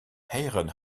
eigen